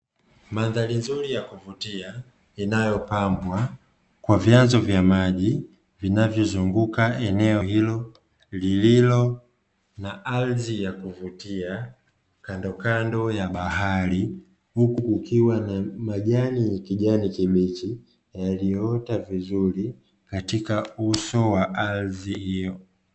Mandhari nzuri ya kuvutia inayopambwa kwa vyanzo vya maji, vinavyozunguka eneo hilo lililo na ardhi ya kuvutia kandokando ya bahari, huku kukiwa na majani ya kijani kibichi yaliyoota vizuri katika uso wa ardhi hiyo.